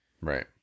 Right